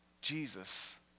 Jesus